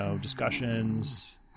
discussions